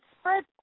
Spread